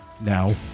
Now